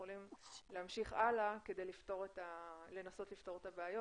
יכולים להמשיך הלאה כדי לנסות לפתור את הבעיות